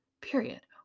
Period